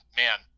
man